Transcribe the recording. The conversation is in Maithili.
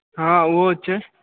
हॅं ओहो छै